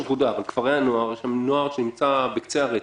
בכפרי הנוער יש נוער שנמצא בקצה הרצף,